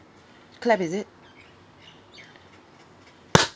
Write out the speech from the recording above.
clap is it